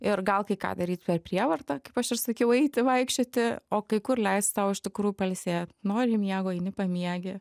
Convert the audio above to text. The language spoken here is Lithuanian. ir gal kai ką daryt per prievartą kaip aš ir sakiau eiti vaikščioti o kai kur leist sau iš tikrųjų pailsėt nori miego eini pamiegi